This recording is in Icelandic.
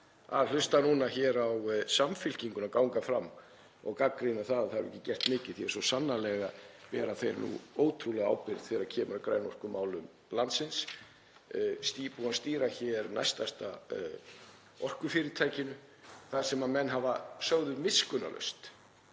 að hlusta núna á Samfylkinguna ganga fram og gagnrýna það að ekki hafi verið gert mikið því að svo sannarlega bera þeir nú ótrúlega ábyrgð þegar kemur að grænorkumálum landsins, búnir að stýra hér næststærsta orkufyrirtækinu þar sem menn sögðu miskunnarlaust